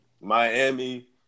Miami